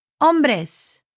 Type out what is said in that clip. hombres